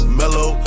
mellow